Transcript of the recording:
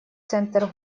центр